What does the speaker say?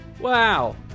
Wow